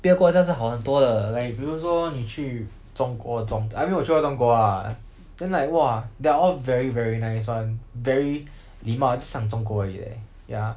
别的国家是好很多的 like 比如说你去中国中 I mean 我有去过中国 lah but then like !wah! they're all very very nice one very 礼貌是讲中国而已 leh ya